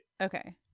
okay